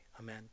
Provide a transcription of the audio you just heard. Amen